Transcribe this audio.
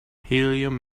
helium